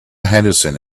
henderson